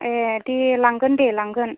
ए दे लांगोन दे लांगोन